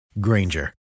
Granger